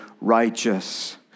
righteous